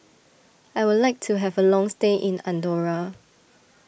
I would like to have a long stay in Andorra